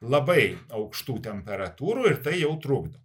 labai aukštų temperatūrų ir tai jau trukdo